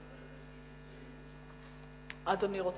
אני מציע שזה יהיה אחרי שחברי הכנסת הנמצאים ישאלו.